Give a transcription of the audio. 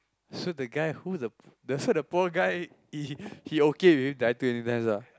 so the guy who the so the poor guy he he okay with dying too many times ah